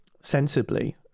sensibly